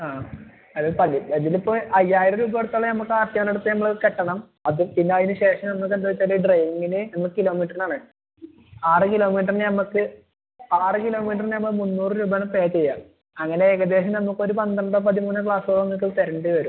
ആ അത് മതി അതിന് ഇപ്പം അയ്യായിരം രൂപ കൊടുത്താല് നമുക്ക് ആർട്ടിയോന്റ അടുത്ത് നമ്മൾ അത് കെട്ടണം അത് പിന്നെ അതിന് ശേഷം നമ്മൾ എന്താണെന്ന് വെച്ചാല് ഡ്രൈവിങ്ങിന് നമ്മള് കിലോമീറ്ററിനാണ് ആറ് കിലോമീറ്ററിന് നമുക്ക് ആറ് കിലോമീറ്ററിന് നമ്മള് മുന്നൂറ് രൂപയാണ് പേ ചെയ്യുക അങ്ങനെ ഏകദേശം നമുക്കൊരു പന്ത്രണ്ടൊ പതിമൂന്നൊ ക്ലാസോ നിങ്ങൾക്ക് തരേണ്ടി വരും